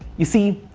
you see,